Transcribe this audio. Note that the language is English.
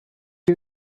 you